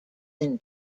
than